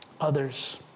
others